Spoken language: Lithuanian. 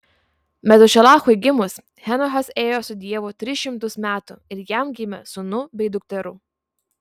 metušelachui gimus henochas ėjo su dievu tris šimtus metų ir jam gimė sūnų bei dukterų